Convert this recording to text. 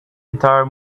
entire